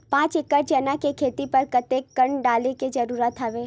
पांच एकड़ चना के खेती बर कते कन डाले के जरूरत हवय?